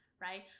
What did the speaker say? right